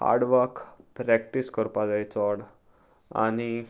hard work practice करपा जाय चड आनी